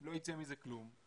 שלא ייצא מזה כלום,